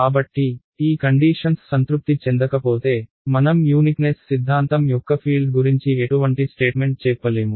కాబట్టి ఈ కండీషన్స్ సంతృప్తి చెందకపోతే మనం యూనిక్నెస్ సిద్ధాంతం యొక్క ఫీల్డ్ గురించి ఎటువంటి స్టేట్మెంట్ చేప్పలేము